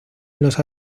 los